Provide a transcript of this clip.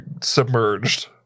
submerged